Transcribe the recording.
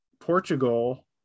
Portugal